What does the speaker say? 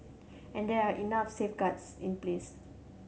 and there are enough safeguards in place